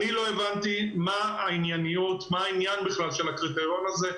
אני לא הבנתי מה העניין בכלל של הקריטריון הזה.